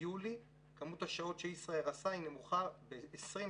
יולי כמות השעות שישראייר עשה נמוכה ב-20%